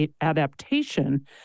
adaptation